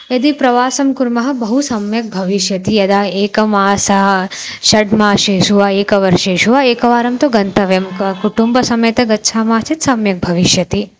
यदि प्रवासं कुर्मः बहु सम्यक् भविष्यति यदा एकमासः षड् मासेषु वा एकवर्षेषु वा एकवारं तु गन्तव्यं का कुटुम्बसमेतः गच्छामः चेत् सम्यक् भविष्यति